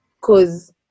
cause